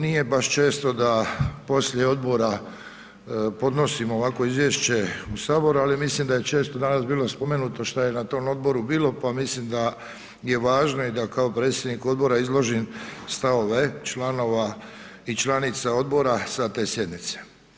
Nije baš često da poslije odbora podnosimo ovakvo izvješće u saboru, ali mislim da je često danas bilo spomenuto šta je na tom odboru bilo pa mislim da važno i da kao predsjednik odbora izložim stavove članova i članica odbora sa te sjednice.